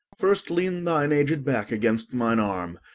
first, leane thine aged back against mine arme,